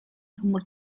төмөр